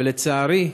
ולצערי,